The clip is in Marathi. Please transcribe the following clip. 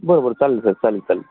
बरं बरं चालेल सर चालेल चालेल